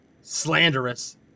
slanderous